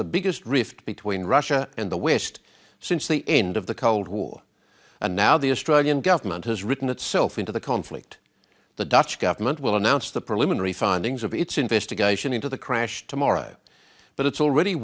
the biggest rift between russia and the west since the end of the cold war and now the a struggling government has written itself into the conflict the dutch government will announce the preliminary findings of its investigation into the crash tomorrow but it's already